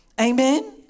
Amen